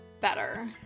better